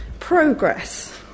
progress